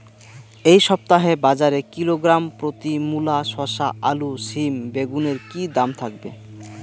এই সপ্তাহে বাজারে কিলোগ্রাম প্রতি মূলা শসা আলু সিম বেগুনের কী দাম থাকবে?